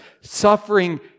suffering